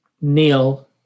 Neil